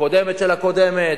הקודמת של הקודמת.